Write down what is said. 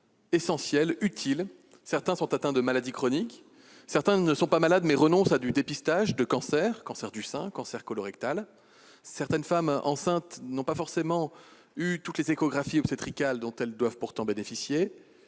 essentiels. Certains sont atteints de maladies chroniques ; d'autres ne sont pas malades, mais renoncent à des dépistages de cancers- cancer du sein, cancer colorectal. Des femmes enceintes n'ont pas forcément eu toutes les échographies obstétricales, dont elles doivent pourtant bénéficier.